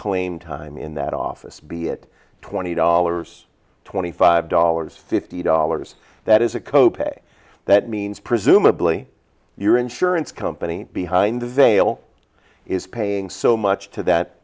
claim time in that office be it twenty dollars twenty five dollars fifty dollars that is a co pay that means presumably your insurance company behind the veil is paying so much to that